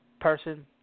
person